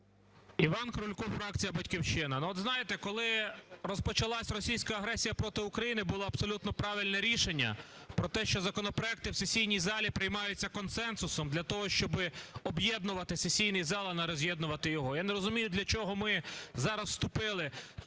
Іван Крулько, фракція "Батьківщина".